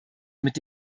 mit